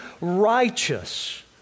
righteous